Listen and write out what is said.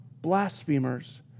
blasphemers